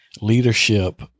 leadership